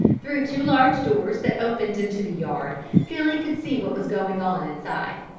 through two large doors that opened into the yard billy could see what was going on inside.